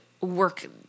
work